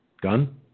Gun